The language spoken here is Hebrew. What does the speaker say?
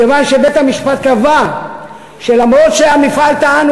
מכיוון שבית-המשפט קבע שלמרות שהמפעל טען,